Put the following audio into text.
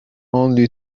only